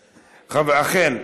אכן.